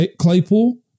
Claypool